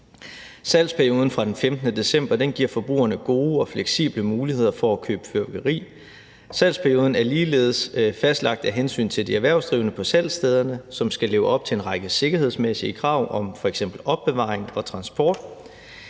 Salgsperioden fra den 15. december giver forbrugerne gode og fleksible muligheder for at købe fyrværkeri. Salgsperioden er ligeledes fastlagt af hensyn til de erhvervsdrivende på salgsstederne, som skal leve op til en række sikkerhedsmæssige krav om f.eks. opbevaring og transport.